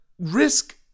risk